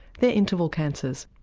they're interval cancers.